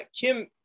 Kim